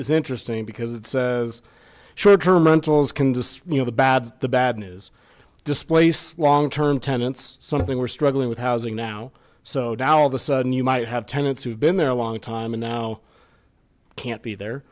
is interesting because it says short term rentals can just you know the bad the bad news displace long term tenants something we're struggling with housing now so now all of a sudden you might have tenants who've been there a long time and now can't be there